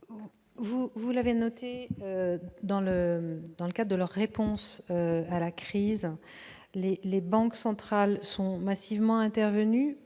vous l'avez relevé, dans le cadre de leur réponse à la crise, les banques centrales sont massivement intervenues